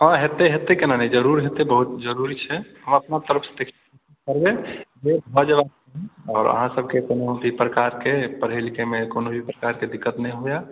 हँ हेतै हेतै केना नहि जरूर हेतै बहुत जरूरी छै हम अपना तरफसँ देखैत छियै पहिने जे भऽ जयबाक चाही आओर अहाँसभके कोनो एहि प्रकारके पढ़ै लिखैमे कोनो भी प्रकारके दिक्कत नहि हुए